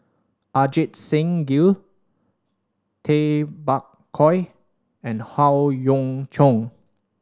Ajit Singh Gill Tay Bak Koi and Howe Yoon Chong